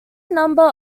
number